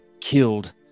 killed